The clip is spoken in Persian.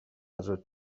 زود